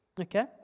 Okay